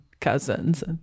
cousins